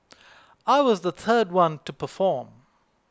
I was the third one to perform